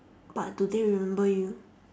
but do they remember you